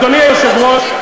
אדוני היושב-ראש,